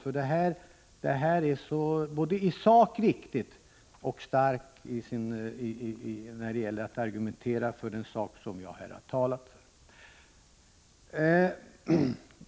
Innehållet är i sak riktigt, och argumentationen för den sak jag har talat om är stark.